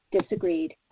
disagreed